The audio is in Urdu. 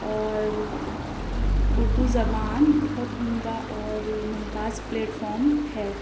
اور اردو زبان بہت عمدہ اور ممتاز پلیٹ فارم ہے